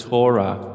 Torah